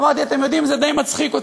אמרתי: אתם יודעים, זה די מצחיק אותי,